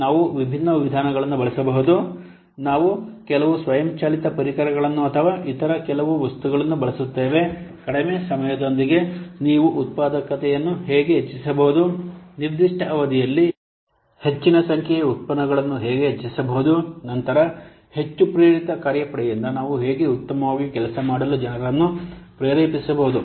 ನಾವು ವಿಭಿನ್ನ ವಿಧಾನಗಳನ್ನು ಬಳಸಬಹುದು ನಾವು ಕೆಲವು ಸ್ವಯಂಚಾಲಿತ ಪರಿಕರಗಳನ್ನು ಅಥವಾ ಇತರ ಕೆಲವು ವಸ್ತುಗಳನ್ನು ಬಳಸುತ್ತೇವೆ ಕಡಿಮೆ ಸಮಯದೊಂದಿಗೆ ನೀವು ಉತ್ಪಾದಕತೆಯನ್ನು ಹೇಗೆ ಹೆಚ್ಚಿಸಬಹುದು ನಿರ್ದಿಷ್ಟ ಅವಧಿಯಲ್ಲಿ ಹೆಚ್ಚಿನ ಸಂಖ್ಯೆಯ ಉತ್ಪನ್ನಗಳನ್ನು ಹೇಗೆ ಹೆಚ್ಚಿಸಬಹುದು ನಂತರ ಹೆಚ್ಚು ಪ್ರೇರಿತ ಕಾರ್ಯಪಡೆಯಿಂದ ನಾವು ಹೇಗೆ ಉತ್ತಮವಾಗಿ ಕೆಲಸ ಮಾಡಲು ಜನರನ್ನು ಪ್ರೇರೇಪಿಸಬಹುದು